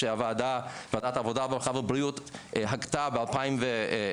שוועדת העבודה והרווחה והבריאות הגתה ב-2018.